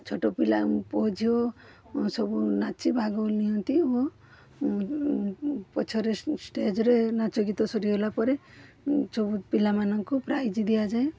ଛୋଟ ପିଲା ପୁଅ ଝିଅ ସବୁ ନାଚି ଭାଗ ନିଅନ୍ତି ଓ ପଛରେ ଷ୍ଟେଜ୍ରେ ନାଚ ଗୀତ ସରିଗଲା ପରେ ପିଲାମାନଙ୍କୁ ପ୍ରାଇଜ୍ ଦିଆଯାଏ